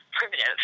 primitive